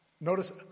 notice